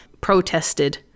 protested